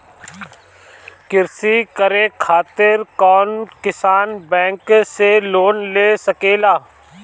कृषी करे खातिर कउन किसान बैंक से लोन ले सकेला?